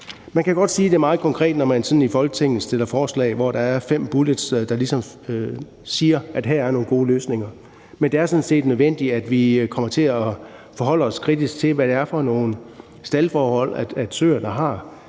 Man kan godt sige det meget konkret, når man fremsætter forslag i Folketinget, hvor der er fem bullets, der ligesom peger på nogle gode løsninger. Men det er sådan set nødvendigt, at vi kommer til at forholde os kritisk til, hvad det er for nogle staldforhold, søerne har.